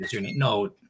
no